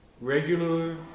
regular